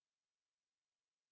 mine is not recording